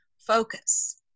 focus